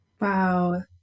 Wow